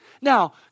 Now